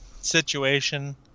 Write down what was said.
situation